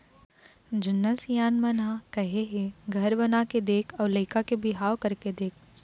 जुन्ना सियान मन ह कहे हे घर बनाके देख अउ लइका के बिहाव करके देख